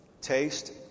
taste